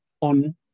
on